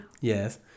Yes